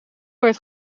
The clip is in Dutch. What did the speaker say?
werd